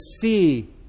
see